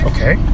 Okay